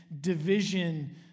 division